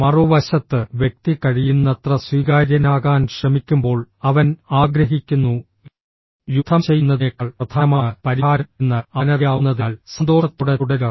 മറുവശത്ത് വ്യക്തി കഴിയുന്നത്ര സ്വീകാര്യനാകാൻ ശ്രമിക്കുമ്പോൾ അവൻ ആഗ്രഹിക്കുന്നു യുദ്ധം ചെയ്യുന്നതിനേക്കാൾ പ്രധാനമാണ് പരിഹാരം എന്ന് അവനറിയാവുന്നതിനാൽ സന്തോഷത്തോടെ തുടരുക